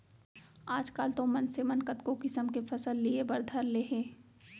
आजकाल तो मनसे मन कतको किसम के फसल लिये बर धर ले हें